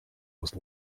was